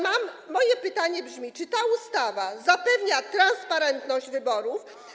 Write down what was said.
Moje pytanie brzmi: Czy ta ustawa zapewnia transparentność wyborów?